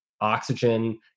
oxygen